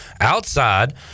outside